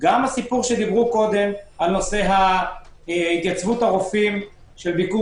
גם הסיפור שדיברו על התייצבות הרופאים של ביקור